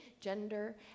gender